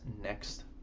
next